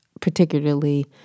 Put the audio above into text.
particularly